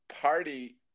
party